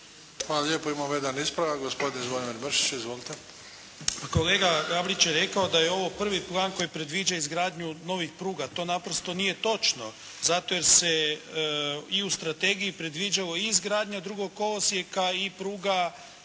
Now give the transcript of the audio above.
Hvala lijepa. Imamo jedan ispravak gospodin Zvonimir Mršić. Izvolite. **Mršić, Zvonimir (SDP)** Pa kolega Gabrić je rekao da je ovo prvi plan koji predviđa izgradnju novih pruga. To naprosto nije točno zato jer se i u strategiji predviđalo i izgradnja drugog kolosijeka i pruga